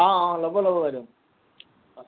অঁ অঁ ল'ব ল'ব বাইদেউ